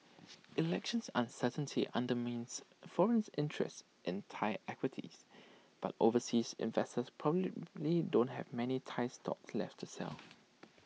elections uncertainty undermines foreign interest in Thai equities but overseas investors probably don't have many Thai stocks left to sell